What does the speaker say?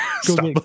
stop